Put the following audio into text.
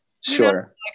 Sure